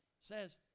says